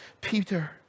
Peter